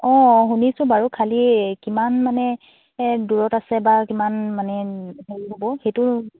অঁ শুনিছো বাৰু খালী কিমান মানে দূৰত আছে বা কিমান মানে হেৰি হ'ব সেইটো